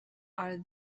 are